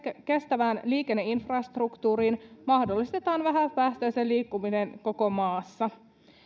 kestävään liikenneinfrastruktuuriin mahdollistetaan vähäpäästöinen liikkuminen koko maassa